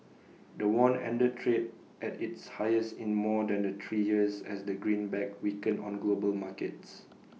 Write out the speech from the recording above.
the won ended trade at its highest in more than the three years as the greenback weakened on global markets